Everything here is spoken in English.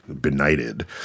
benighted